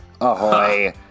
Ahoy